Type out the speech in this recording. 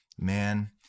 man